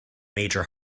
major